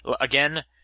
Again